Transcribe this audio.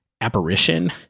Apparition